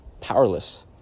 powerless